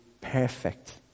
perfect